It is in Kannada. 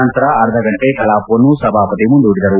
ನಂತರ ಅರ್ಧಗಂಟೆ ಕಲಾಪವನ್ನು ಸಭಾಪತಿ ಮುಂದೂಡಿದರು